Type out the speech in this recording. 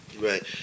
right